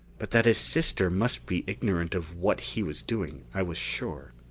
but that his sister must be ignorant of what he was doing, i was sure.